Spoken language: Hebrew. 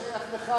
זה שייך לך,